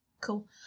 cool